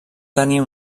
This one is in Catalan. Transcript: tenir